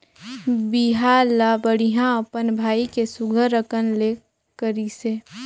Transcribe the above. बिहा ल बड़िहा अपन भाई के सुग्घर अकन ले करिसे